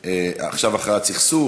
היה לו הכרעת סכסוך,